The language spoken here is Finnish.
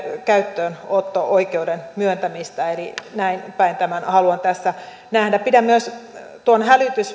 käyttöönotto oikeuden myöntämistä eli näinpäin tämän haluan tässä nähdä pidän myös tuon